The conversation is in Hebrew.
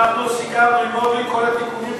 אנחנו סיכמנו עם אורלי: כל התיקונים,